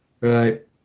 right